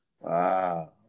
Wow